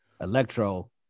Electro